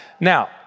Now